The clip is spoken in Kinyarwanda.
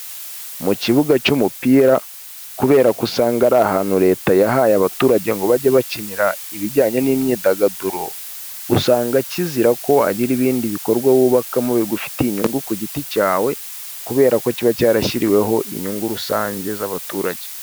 Mu kibuga cy'umupira kubera ko usanga ari ahantu leta yahaye abaturage ngo bajye bakinira ibijyanye n'imyidagaduro, usanga kizira ko wagira ibindi bikorwa wubakamo bigufitiye inyungu ku giti cyawe, kubera ko kiba cyarashyiriweho inyungu rusange z'abaturage.